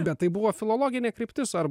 bet tai buvo filologinė kryptis ar